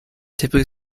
typically